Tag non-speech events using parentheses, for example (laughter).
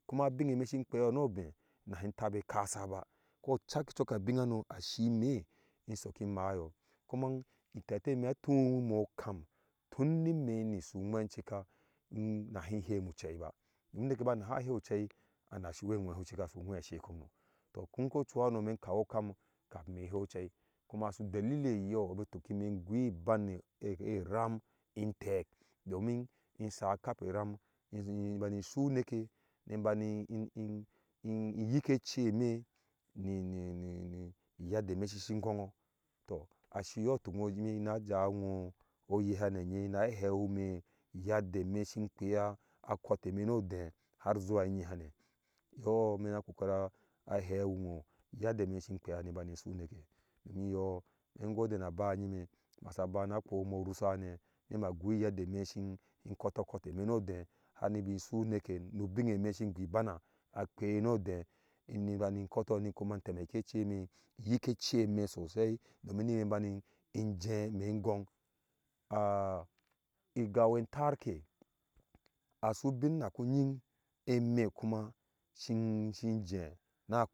Kuma abinne imɛɛ si kpea nuɔdeh inahi tabe kas ba kɔ cak coka bin hano asi imɛɛ in sok in maa yɔɔ kuma itɛɛ tɛɛ mɛɛ a tuwi mɛ ɔkam tunnime nusu uŋwɛ su cika nahi hemu cɛi ba im uneke ba naha hew cɛi anasi wɛɛ ŋwe su cika ana su ŋwese kommo tɔɔ tun ko chuhano mɛ si kawi okam kamin ime hew cɛi kuma su delili yɔɔ bu tuki mɛ gui bannge ɛram intɛk do min sa kape ram ni bani su uneke ni banni in in yike cɛmɛ ne (hesitation) uyedde mɛ shishi ŋgɔɔngo tɔ ashi yɔɔ tuk imɛ na ja ŋwoh oyɛ hane ŋyɛ na hewi imɛ uyadda mɛ shin kpea akɔti mɛ nuɔdeh har zuwa ɛ ŋyehahane yɔɔ imɛ nu kokori a hawii ŋwoh uyeddeme shi kpea ni bani su uneke domin inyɔɔ ingode na bayi ŋyime masaba na kpowiimɛ ɔrushahane nima ghoyedde imɛ si kɔtɔɔ kɔtɔɔ mɛ nuɔ deh har nibi su uneke nu bennge me si ghibana kpei nuɔdeh ni bani kɔtɔɔ kuma ni temekɛɛ cɛmɛ yikɛ cɛmɛ sosai domin ni bani ŋje mɛghong (hesitation) igau ɛ ŋtaark e asu bin naku ŋying ɛmɛ kuma shin shin je.